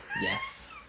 Yes